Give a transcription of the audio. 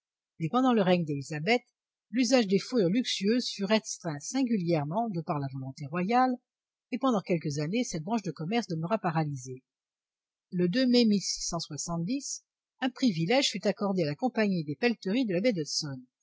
mais pendant le règne d'élisabeth l'usage des fourrures luxueuses fut restreint singulièrement de par la volonté royale et pendant quelques années cette branche de commerce demeura paralysée le mai un privilège fut accordé à la compagnie des pelleteries de la baie